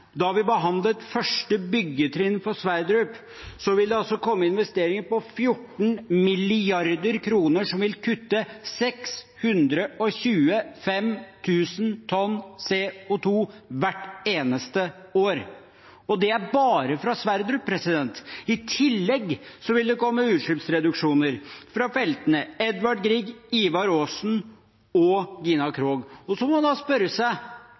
da vi behandlet første byggetrinn på Johan Sverdrup-feltet, vil det komme investeringer på 14 mrd. kr som vil kutte 625 000 tonn CO 2 hvert eneste år. Og det er bare fra Sverdrup-feltet. I tillegg vil det komme utslippsreduksjoner fra feltene Edvard Grieg, Ivar Aasen og Gina Krog. Så må man spørre seg: